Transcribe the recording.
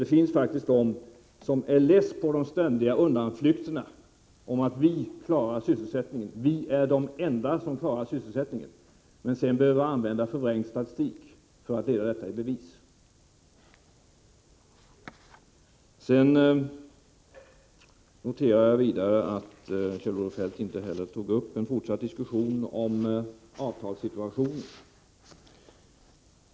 Det finns faktiskt personer som är less på de ständiga undanflykterna: ”Vi är de enda som klarar sysselsättningen” — och på att man sedan behöver använda förvrängd statistik för att leda detta i bevis. Jag noterar vidare att Kjell-Olof Feldt inte fortsatte diskussionen om avtalssituationen.